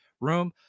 room